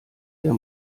der